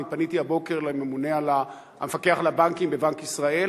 אני פניתי הבוקר למפקח על הבנקים בבנק ישראל,